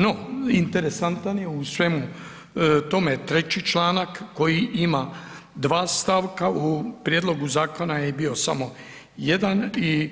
No, interesantan je u svemu tome 3. članak koji ima 2 stavka u prijedlogu zakona je bio samo jedan i